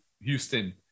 Houston